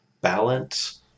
Balance